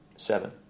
seven